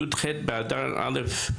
י"ח באדר א',